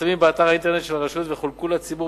המתפרסמים באתר האינטרנט של הרשות וחולקו לציבור